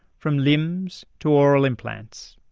from limbs to aural implants.